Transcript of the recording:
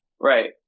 Right